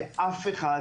ואף אחד